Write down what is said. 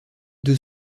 deux